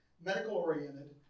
medical-oriented